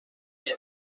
بیا